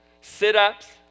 sit-ups